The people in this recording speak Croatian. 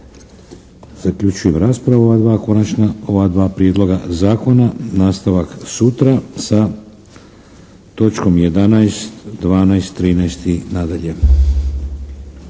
Zaključujem raspravu ova dva konačna prijedloga zakona. Nastavak sutra sa točkom 11., 12.,